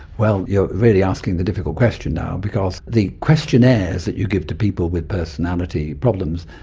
well, you're really asking the difficult question now because the questionnaires that you give to people with personality problems,